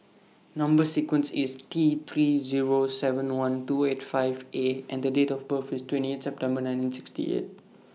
Number sequence IS T three Zero seven one two eight five A and Date of birth IS twenty eight September nineteen sixty eight